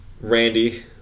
Randy